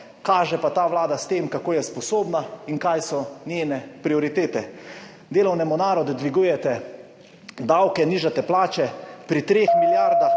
Kaže pa ta vlada s tem, kako je sposobna in kaj so njene prioritete. Delavnemu narodu dvigujete davke, nižate plače, pri 3 milijardah